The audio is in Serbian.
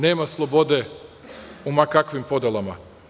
Nema slobode u ma kakvim podelama.